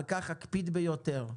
על כך אקפיד ביותר.